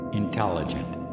intelligent